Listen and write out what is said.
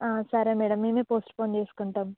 సరే మేడమ్ మేమే పోస్ట్పోన్ చేసుకుంటాము